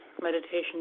meditation